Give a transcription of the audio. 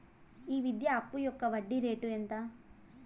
ఈ విద్యా అప్పు యొక్క వడ్డీ రేటు ఎంత?